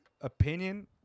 opinion